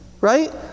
right